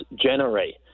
generate